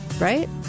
Right